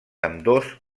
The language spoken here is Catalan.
ambdós